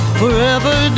forever